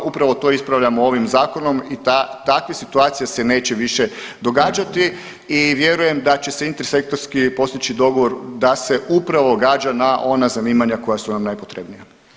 Upravo to ispravljamo ovim zakonom i takve situacije se neće više događati i vjerujem da će se intersektorski postići dogovor da se upravo gađa na ona zanimanja koja su nam najpotrebnija.